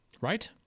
Right